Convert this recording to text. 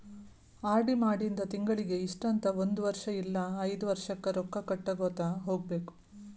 RD ಮಾಡಿಂದ ತಿಂಗಳಿಗಿ ಇಷ್ಟಂತ ಒಂದ್ ವರ್ಷ್ ಇಲ್ಲಾ ಐದ್ ವರ್ಷಕ್ಕ ರೊಕ್ಕಾ ಕಟ್ಟಗೋತ ಹೋಗ್ಬೇಕ್